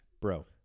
Bro